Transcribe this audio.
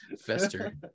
Fester